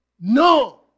No